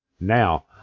Now